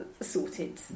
sorted